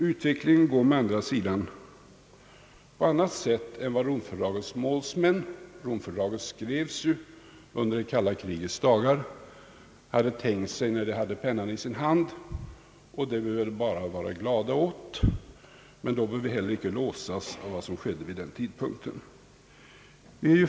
Utvecklingen går med andra ord på annat sätt än Romfördragets målsmän tänkte sig när de hade pennan i sin hand — fördraget skrevs ju under det kalla krigets dagar — och det bör vi väl bara vara glada åt; men då bör vi heller inte låsa oss vid vad som skedde vid den tidpunktén.